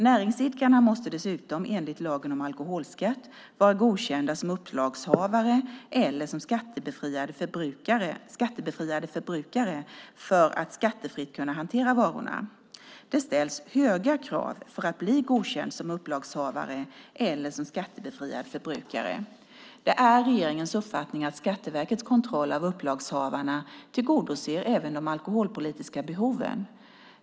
Näringsidkarna måste dessutom enligt lagen om alkoholskatt vara godkända som upplagshavare eller som skattebefriade förbrukare för att skattefritt kunna hantera varorna. Det ställs höga krav för att bli godkänd som upplagshavare eller som skattebefriad förbrukare. Det är regeringens uppfattning att Skatteverkets kontroll av upplagshavarna tillgodoser även de alkoholpolitiska behoven.